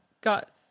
got